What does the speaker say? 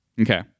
okay